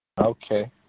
Okay